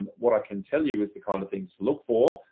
what i can tell you is the kind of things to look for.